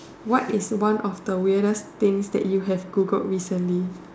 what is one of the weirdest things that you have Googled recently